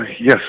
yes